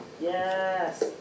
Yes